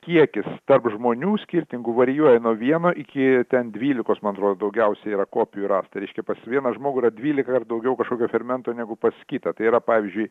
kiekis tarp žmonių skirtingų varijuoja nuo vieno iki ten dvylikos man atrodo daugiausiai yra kopijų rasta reiškia pas vieną žmogų yra dvylika ir daugiau kažkokio fermento negu pas kitą tai yra pavyzdžiui